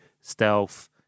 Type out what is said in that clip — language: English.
Stealth